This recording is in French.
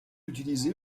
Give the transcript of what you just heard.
utilisé